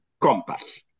compass